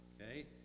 Okay